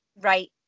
right